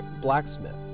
blacksmith